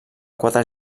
quatre